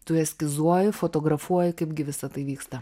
tu eskizuoji fotografuoji kaipgi visa tai vyksta